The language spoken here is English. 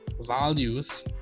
values